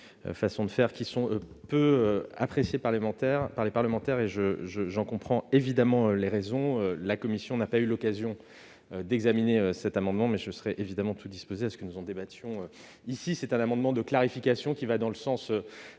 façons de faire qui sont peu appréciées des parlementaires, et j'en comprends évidemment les raisons. La commission n'a pas eu l'occasion d'examiner cet amendement, mais je suis évidemment tout disposé à ce que nous en débattions ici. Il s'agit d'un amendement qui va dans le sens